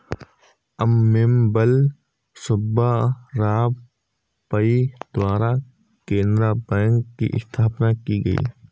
अम्मेम्बल सुब्बा राव पई द्वारा केनरा बैंक की स्थापना की गयी